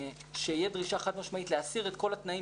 שתהיה דרישה חד משמעית להסיר את כל התנאים.